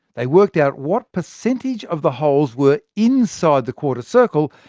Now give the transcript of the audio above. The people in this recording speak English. they worked out what percentage of the holes were inside the quarter circle,